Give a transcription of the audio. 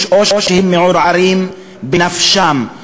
או שהם מעורערים בנפשם.